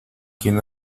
quién